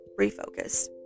refocus